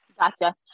Gotcha